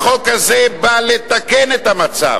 החוק הזה בא לתקן את המצב.